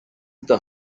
the